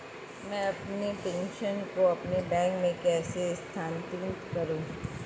मैं अपने प्रेषण को अपने बैंक में कैसे स्थानांतरित करूँ?